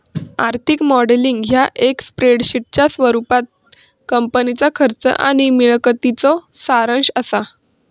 आर्थिक मॉडेलिंग ह्या एक स्प्रेडशीटच्या स्वरूपात कंपनीच्या खर्च आणि मिळकतीचो सारांश असा